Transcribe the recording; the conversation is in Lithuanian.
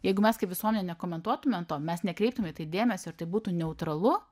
jeigu mes kaip visuomenė komentuotumėm to mes nekreipiame į tai dėmesio ir tai būtų neutralu